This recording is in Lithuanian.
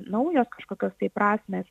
naujos kažkokios tai prasmės